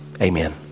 Amen